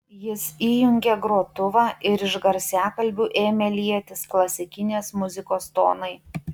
jis įjungė grotuvą ir iš garsiakalbių ėmė lietis klasikinės muzikos tonai